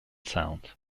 sound